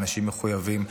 ואנשים מחויבים,